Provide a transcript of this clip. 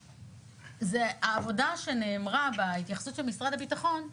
העבודה שנאמרה בהתייחסות של משרד הביטחון,